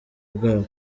bwabo